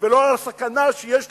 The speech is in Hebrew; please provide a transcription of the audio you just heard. ולא על הסכנה שיש למישהו,